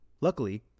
Luckily